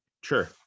sure